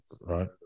right